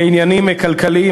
לעניינים כלכליים.